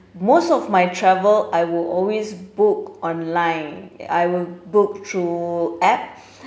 most of my travel I will always book online I will book through app